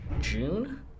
June